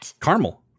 Caramel